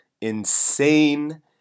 insane